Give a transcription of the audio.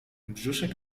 brzuszek